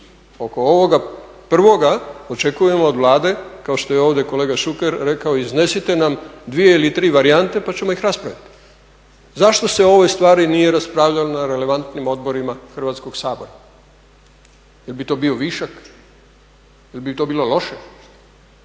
Oko ovoga prvoga očekujemo od Vlade kao što je ovdje kolega Šuker rekao, iznesite nam dvije ili tri varijante pa ćemo ih raspraviti. Zašto se o ovoj stvari nije raspravljalo na relevantnim odborima Hrvatskoga sabora? Jel' bi to bio višak, jel' bi to bilo loše?